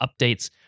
updates